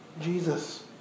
Jesus